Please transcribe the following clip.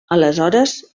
aleshores